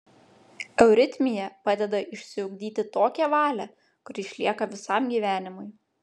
euritmija padeda išsiugdyti tokią valią kuri išlieka visam gyvenimui